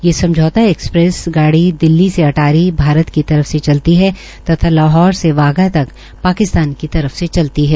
ये समझौता एक्सप्रेस गाड़ी दिल्ली से अटारी भारत की तरफ से चलती है तथा लाहौर से वाघा तक पाकिस्तान की तरफ से चलती है